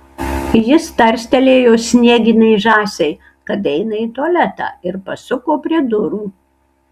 jis tarstelėjo snieginei žąsiai kad eina į tualetą ir pasuko prie durų